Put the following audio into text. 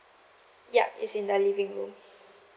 yup it's in the living room